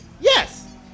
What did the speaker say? Yes